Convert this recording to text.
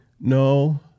no